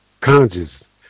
conscious